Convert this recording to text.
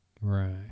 Right